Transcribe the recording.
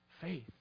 faith